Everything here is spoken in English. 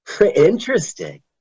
Interesting